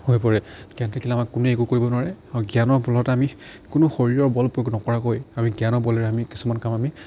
হৈ পৰে জ্ঞান থাকিলে আমাক কোনেও একো কৰিব নোৱাৰে আৰু জ্ঞানৰ বলত আমি কোনো শৰীৰৰ বল প্ৰয়োগ নকৰাকৈ আমি জ্ঞানৰ বলেৰে আমি কিছুমান কাম আমি